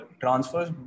transfers